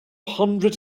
hundred